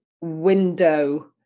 window